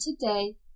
today